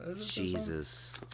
Jesus